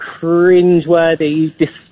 cringeworthy